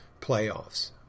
Playoffs